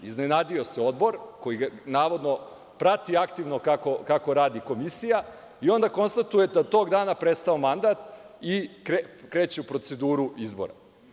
Iznenadio se Odbor koji navodno prati aktivno kako radi Komisija i onda konstatuje da je tog dana prestao mandat i kreće u proceduru izbora.